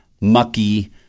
mucky